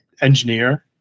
engineer